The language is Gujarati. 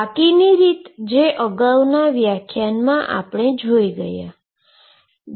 બાકીની રીત જે અગાઉના વ્યાખ્યાનમાં આપણે જોઈ ગયા છીએ